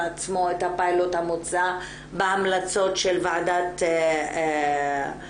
עצמו את הפיילוט המוצע בהמלצות של ועדת ברלינר.